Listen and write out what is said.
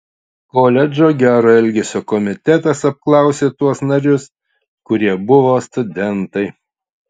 koledžo gero elgesio komitetas apklausė tuos narius kurie buvo studentai